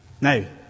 Now